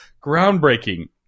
groundbreaking